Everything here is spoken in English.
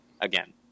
again